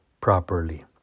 properly